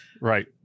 Right